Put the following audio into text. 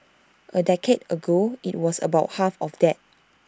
A decade ago IT was about half of that